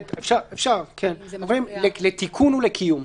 אפשר לעשות "לתיקון ולקיום"